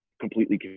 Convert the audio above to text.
completely